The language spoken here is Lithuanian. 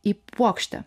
į puokštę